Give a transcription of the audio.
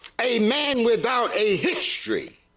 a man without a history,